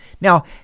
Now